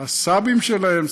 הסבים שלהם.